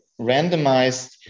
randomized